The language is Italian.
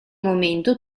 momento